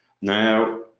Now